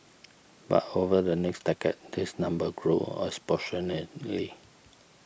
but over the next decade this number grew exponentially